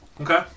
Okay